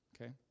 okay